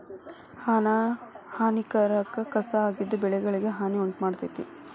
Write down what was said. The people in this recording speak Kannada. ಹಾನಿಕಾರಕ ಕಸಾ ಆಗಿದ್ದು ಬೆಳೆಗಳಿಗೆ ಹಾನಿ ಉಂಟಮಾಡ್ತತಿ